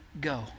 go